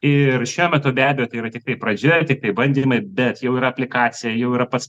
ir šiuo metu be abejo tai yra tiktai pradžia ir tiktai bandymai bet jau yra aplikacija jau yra pats